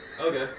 okay